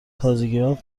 تازگیها